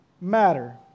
matter